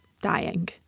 dying